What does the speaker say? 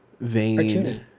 vein